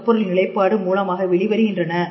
சொற்பொருள் நிலைப்பாடு மூலமாக வெளிவருகின்றன